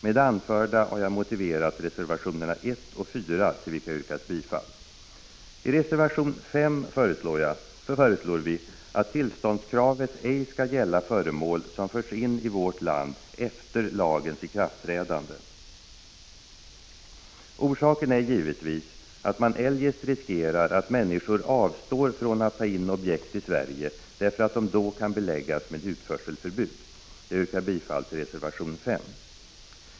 Med det anförda har jag motiverat reservationerna 1 och 4 till vilka yrkas bifall. I reservation 5 föreslår vi att tillståndskravet ej skall gälla föremål som förts in i vårt land efter lagens ikraftträdande. Orsaken är givetvis att man eljest riskerar att människor avstår från att ta in objekt till Sverige därför att de då kan beläggas med utförselförbud. Jag yrkar bifall till reservation 5.